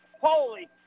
Holy